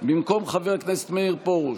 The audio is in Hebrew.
במקום חבר הכנסת מאיר פרוש,